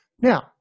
Now